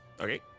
Okay